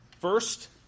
First